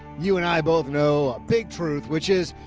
you and i both know a big truth, which is,